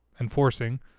enforcing